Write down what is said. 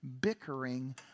bickering